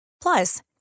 Plus